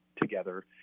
together